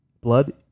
blood